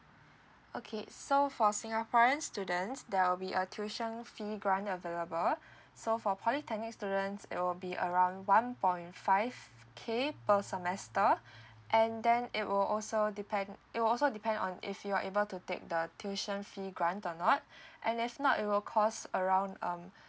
okay so for singaporeans students there'll be a tuition fee grant available so for polytechnic students it will be around one point five K per semester and then it will also depend it will also depend on if you're able to take the tuition fee grant or not and if not it will cost around um